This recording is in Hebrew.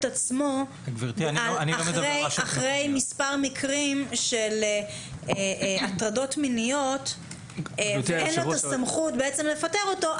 עצמו אחרי מספר מקרים של הטרדות מיניות ואין את הסמכות לפטר אותו,